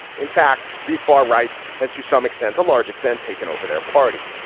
in fact, the far right has to some extent a large extent taken over their party.